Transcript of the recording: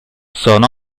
sono